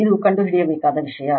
ಇದು ಕಂಡುಹಿಡಿಯಬೇಕಾದ ವಿಷಯ